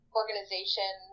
organization